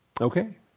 Okay